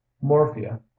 morphia